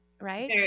Right